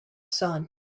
sun